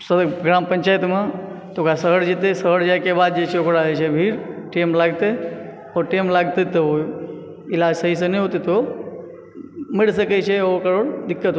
सब ग्राम पंचायत मे तऽ वएह शहर जेतै शहर जायके बाद जे छै ओकरा जे छै फिर टाइम लागते आओर टाइम लागते तऽ ओऽ इलाज सही से नहि होतै तऽ ओऽ मरि सकै छै ओकर दिक्कत